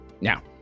now